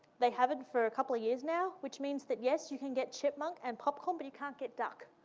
they haven't for a couple of years now, which means that yes, you can get chipmunk and popcorn, but you can't get duck.